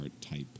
type